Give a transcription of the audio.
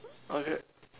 okay